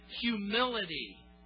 humility